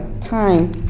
time